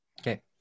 Okay